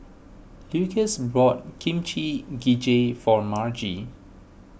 Lukas bought Kimchi Jjigae for Margie